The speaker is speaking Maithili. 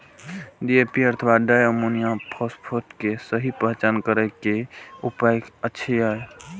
डी.ए.पी अथवा डाई अमोनियम फॉसफेट के सहि पहचान करे के कि उपाय अछि?